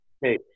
hey